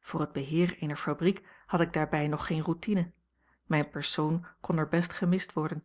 voor het beheer eener fabriek had ik daarbij nog geene routine mijn persoon kon er best gemist worden